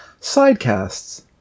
sidecasts